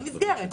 נסגרת.